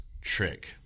Trick